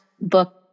book